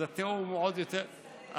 אז התיאום הוא עוד יותר קשה,